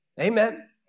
Amen